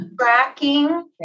tracking